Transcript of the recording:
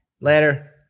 Later